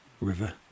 river